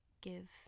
give